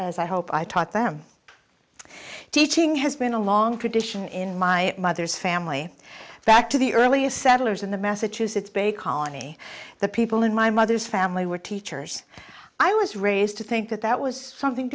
as i hope i taught them teaching has been a long tradition in my mother's family back to the earliest settlers in the massachusetts bay colony the people in my mother's family were teachers i was raised to think that that was something